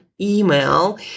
email